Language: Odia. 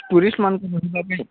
ଟୁରିଷ୍ଟମାନଙ୍କ ପାଇଁ